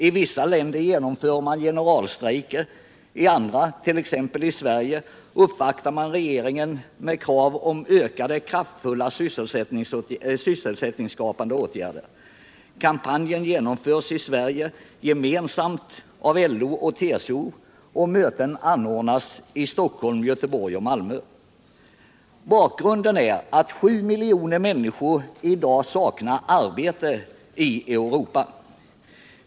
I vissa länder genomför man generalstrejker och i andra, t.ex. i Sverige, uppvaktar man regeringen med krav på kraftfullare sysselsättningsskapande åtgärder. Kampanjen genomförs i Sverige gemensamt av LO och TCO, och möten anordnas i Stockholm, Göteborg och Malmö. Bakgrunden är att 7 miljoner människor i Europa saknar arbete.